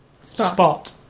spot